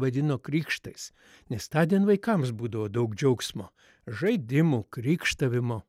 vadino krykštais nes tądien vaikams būdavo daug džiaugsmo žaidimų krykštavimo